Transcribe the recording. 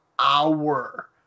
hour